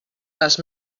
les